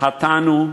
חטאנו,